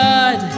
God